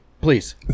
please